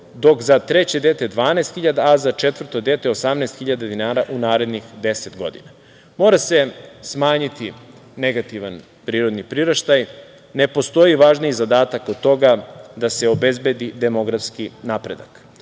dok za treće dete 12 hiljada dinara, a za četvrto dete 18 hiljada dinara u narednih deset godina. Mora se smanjiti negativan prirodni priraštaj. Ne postoji važniji zadatak od toga da se obezbedi demografski napredak. Troškovi